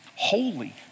Holy